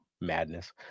madness